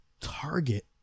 Target